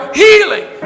healing